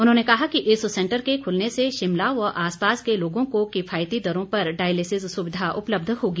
उन्होंने कहा कि इस सेंटर के खुलने से शिमला व आसपास के लोगों को किफायती दरों पर डायलिसिस सुविधा उपलब्ध होगी